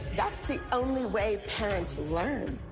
that's the only way parents learn.